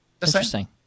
Interesting